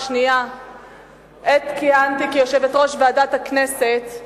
עת כיהנתי כיושבת-ראש ועדת הכנסת,